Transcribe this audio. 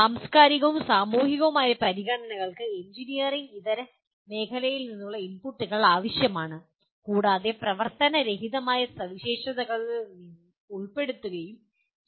സാംസ്കാരികവും സാമൂഹികവുമായ പരിഗണനകൾക്ക് എഞ്ചിനീയറിംഗ് ഇതര മേഖലകളിൽ നിന്നുള്ള ഇൻപുട്ടുകൾ ആവശ്യമാണ് കൂടാതെ നോൺ ഫങ്ഷണൽ സവിശേഷതകളിൽ ഉൾപ്പെടുത്തുകയും ചെയ്യും